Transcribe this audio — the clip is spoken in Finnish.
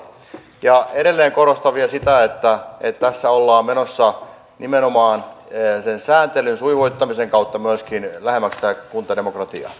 ja edelleen korostan vielä sitä että tässä ollaan menossa nimenomaan sen sääntelyn sujuvoittamisen kautta myöskin lähemmäs sitä kuntademokratiaa